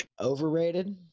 Overrated